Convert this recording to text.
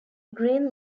green